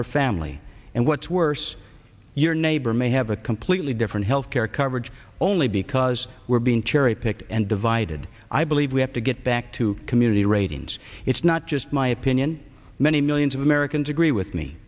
her family and what's worse your neighbor may have a completely different health care coverage only because we're being cherry picked and divided i believe we have to get back to community ratings it's not just my opinion many millions of americans agree with me